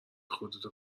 خودتو